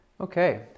Okay